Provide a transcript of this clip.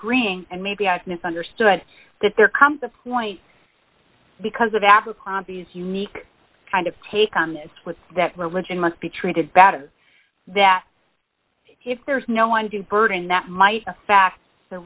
agreeing and maybe i misunderstood that there comes a point because of africa these unique kind of take on this was that religion must be treated that of that if there's no one to burden that might affect the